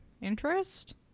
interest